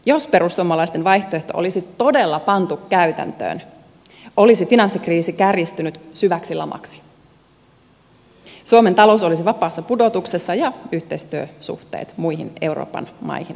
jos perussuomalaisten vaihtoehto olisi todella pantu täytäntöön olisi finanssikriisi kärjistynyt syväksi lamaksi suomen talous olisi vapaassa pudotuksessa ja yhteistyösuhteet muihin euroopan maihin katkenneet